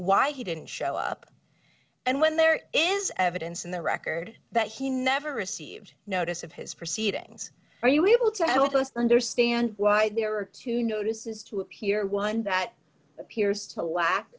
why he didn't show up and when there is evidence in the record that he never received notice of his proceedings are you able to help us understand why there are two notices to appear one that appears to